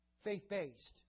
Faith-based